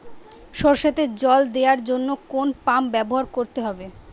সরষেতে জল দেওয়ার জন্য কোন পাম্প ব্যবহার করতে হবে?